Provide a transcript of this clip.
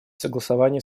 согласование